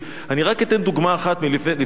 אני רק אתן דוגמה אחת מלפני שבועיים,